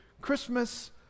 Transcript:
Christmas